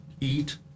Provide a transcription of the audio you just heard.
eat